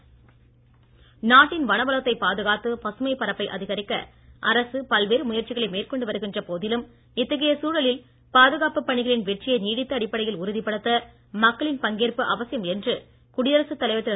வனவளம் நாட்டின் வன வளத்தைப் பாதுகாத்து பசுமைப் பரப்பை அதிகரிக்க அரசு பல்வேறு முயற்சிகளை மேற்கொண்டு வருகின்ற போதிலும் இத்தகைய சூழலியல் பாதுகாப்பு பணிகளின் வெற்றியை நீடித்த அடிப்படையில் உறுதிப்படுத்த மக்களின் பங்கேற்பு அவசியம் என்று குடியரசுத் தலைவர் திரு